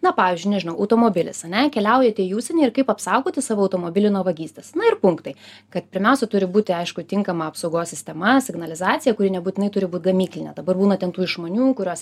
na pavyzdžiui nežinau automobilis ane keliaujate į užsienį ir kaip apsaugoti savo automobilį nuo vagystės na ir punktai kad pirmiausia turi būti aišku tinkama apsaugos sistema signalizacija kuri nebūtinai turi būt gamyklinė dabar būna ten tų išmanių kurios